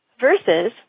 Versus